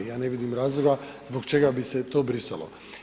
I ja ne vidim razlog zbog čega bi se to brisalo.